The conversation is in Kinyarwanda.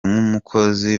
nk’umukozi